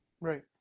right